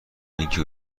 اینکه